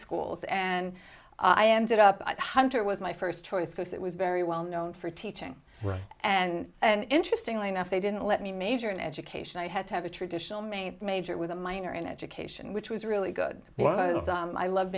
schools and i ended up hunter was my first choice because it was very well known for teaching and an interesting line if they didn't let me major in education i had to have a traditional main major with a minor in education which was really good because i love